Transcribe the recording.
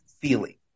feeling